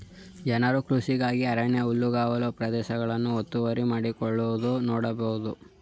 ಜನರು ಕೃಷಿಗಾಗಿ ಅರಣ್ಯ ಹುಲ್ಲುಗಾವಲು ಪ್ರದೇಶಗಳನ್ನು ಒತ್ತುವರಿ ಮಾಡಿಕೊಳ್ಳುವುದನ್ನು ನೋಡ್ಬೋದು